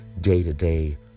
day-to-day